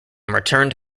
returned